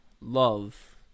love